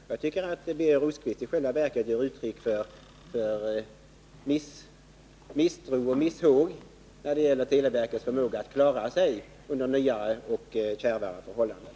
Birger Rosqvist ger i själva verket uttryck för misstro och missmod när det gäller televerkets förmåga att klara sig under nya och kärvare förhållanden.